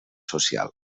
social